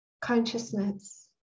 consciousness